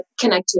connectivity